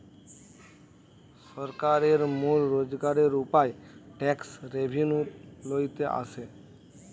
সরকারের মূল রোজগারের উপায় ট্যাক্স রেভেন্যু লইতে আসে